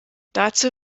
dazu